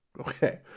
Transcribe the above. Okay